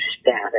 status